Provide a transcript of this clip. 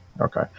Okay